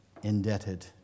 indebted